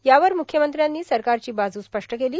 यावर मुख्यमंत्र्यांनी सरकारची बाजू स्पष्ट केली